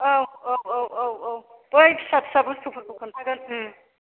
औ औ औ औ औ बै फिसा फिसा बुस्टुफोरखौ खोन्थागोन उम